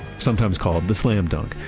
sometimes called the slam dunk.